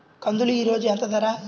కందులు ఈరోజు ఎంత ధర?